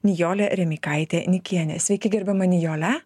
nijolė remeikaitė nikienė sveiki gerbiama nijole